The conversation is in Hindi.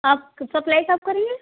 आप सप्लाई कब करेंगे